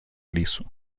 лісу